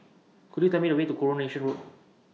Could YOU Tell Me The Way to Coronation Road